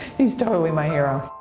he's totally my hero.